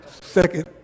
Second